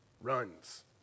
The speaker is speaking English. runs